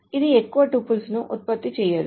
ఇది ఎక్కువ టుపుల్ను ఉత్పత్తి చేయదు